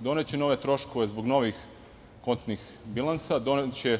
Doneće nove troškove zbog novih kontnih bilansa, doneće